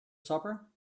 supper